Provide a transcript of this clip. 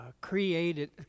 created